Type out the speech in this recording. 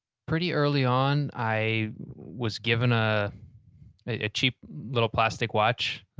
pretty early on i was given ah a ah cheap little plastic watch.